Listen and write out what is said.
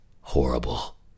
Horrible